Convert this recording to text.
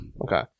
Okay